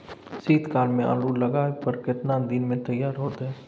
शीत काल में आलू लगाबय पर केतना दीन में तैयार होतै?